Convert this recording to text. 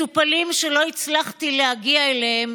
יש מטופלים שלא הצלחתי להגיע אליהם,